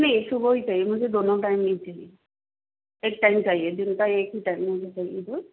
नहीं सुबह ही चाहिए मुझे दोनों टाइम नहीं चाहिए एक टाइम चाहिए दिन का एक ही टाइम मुझे चाहिए दूध